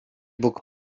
bóg